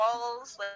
walls